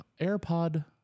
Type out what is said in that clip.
AirPod